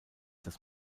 das